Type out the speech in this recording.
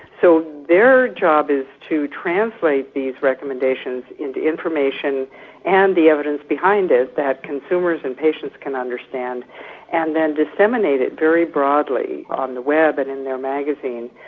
so their job is to translate these recommendations into information and the evidence behind it that consumers and patients can understand and then disseminate it very broadly on the web and in their magazine,